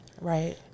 Right